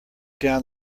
down